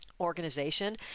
organization